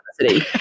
city